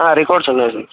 records ఉన్నాయి sir